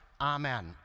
Amen